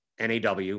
NAW